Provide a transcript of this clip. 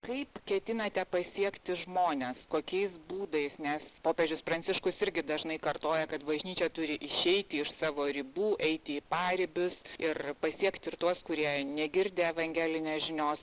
kaip ketinate pasiekti žmones kokiais būdais nes popiežius pranciškus irgi dažnai kartoja kad bažnyčia turi išeiti iš savo ribų eiti į paribius ir pasiekti ir tuos kurie negirdi evangelinės žinios